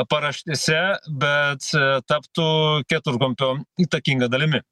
paraštėse bet taptų keturkampio įtakinga dalimi